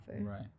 right